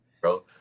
Bro